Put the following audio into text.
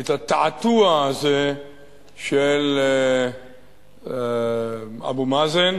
את התעתוע הזה של אבו מאזן.